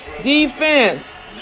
Defense